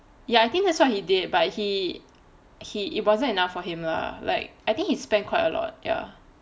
ya I think that's what he did but he he it wasn't enough for him lah like I think he spent quite a lot ya